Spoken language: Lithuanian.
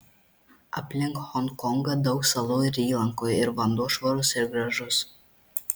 aplink honkongą daug salų ir įlankų ir vanduo švarus ir gražus